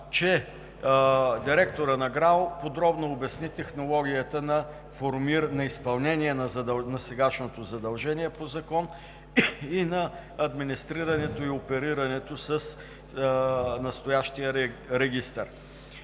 че директорът на ГРАО подробно обясни технологията на изпълнение на сегашното задължение по закон и на администрирането и оперирането с настоящия регистър.